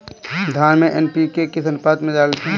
धान में एन.पी.के किस अनुपात में डालते हैं?